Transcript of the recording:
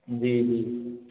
جی جی جی